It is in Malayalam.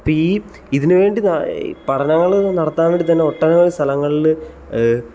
അപ്പം ഈ ഇതിന് വേണ്ടി പഠനങ്ങൾ നടത്താൻ വേണ്ടി തന്നെ ഒട്ടനവധി സ്ഥലങ്ങളിൽ